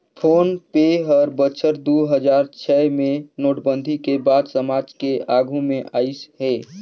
phone पे हर बछर दू हजार छै मे नोटबंदी के बाद समाज के आघू मे आइस हे